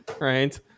right